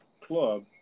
club